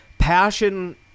Passion